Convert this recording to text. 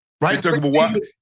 Right